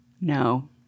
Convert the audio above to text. no